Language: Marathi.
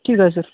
ठीक आहे सर